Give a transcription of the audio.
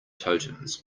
totems